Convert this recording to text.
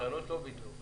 הקטנות לא ביקשו.